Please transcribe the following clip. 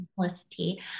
simplicity